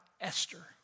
Esther